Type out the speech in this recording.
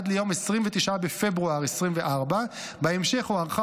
עד ליום 29 בפברואר 2024. בהמשך הוארכה